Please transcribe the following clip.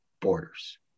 borders